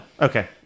Okay